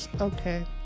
Okay